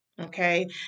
Okay